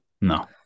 No